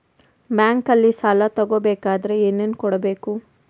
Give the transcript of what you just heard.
ಬ್ಯಾಂಕಲ್ಲಿ ಸಾಲ ತಗೋ ಬೇಕಾದರೆ ಏನೇನು ಕೊಡಬೇಕು?